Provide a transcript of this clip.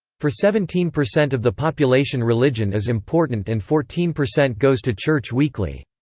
for seventeen percent of the population religion is important and fourteen percent goes to church weekly.